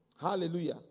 Hallelujah